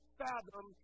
fathom